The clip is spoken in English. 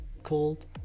Called